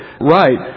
right